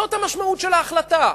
זאת המשמעות של ההחלטה.